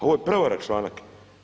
Ovo je prevara, članak.